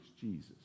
Jesus